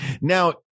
Now